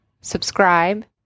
subscribe